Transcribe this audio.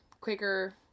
Quaker